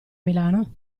milano